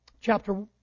chapter